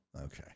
Okay